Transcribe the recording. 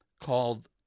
called